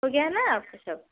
हो गया ना आपका सब